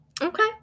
Okay